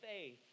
faith